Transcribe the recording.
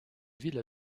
ville